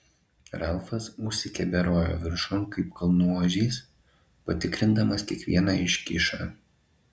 ralfas užsikeberiojo viršun kaip kalnų ožys patikrindamas kiekvieną iškyšą